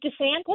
DeSantis